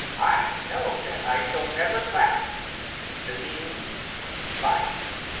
i know that i shall never lack the means of life!